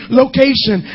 location